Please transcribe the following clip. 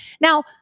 Now